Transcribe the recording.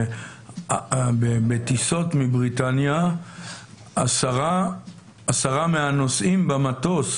שבטיסות מבריטניה עשרה מהנוסעים במטוס